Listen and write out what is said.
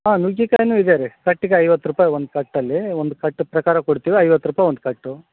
ಹಾಂ ನುಗ್ಗೆಕಾಯಿನೂ ಇದೆ ರೀ ಕಟ್ಟಿಗೆ ಐವತ್ತು ರೂಪಾಯಿ ಒಂದು ಕಟ್ಟಲ್ಲಿ ಒಂದು ಕಟ್ಟು ಪ್ರಕಾರ ಕೊಡ್ತೀವಿ ಐವತ್ತು ರೂಪಾಯಿ ಒಂದು ಕಟ್ಟು